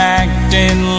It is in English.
acting